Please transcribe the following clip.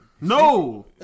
No